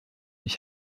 ich